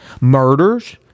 murders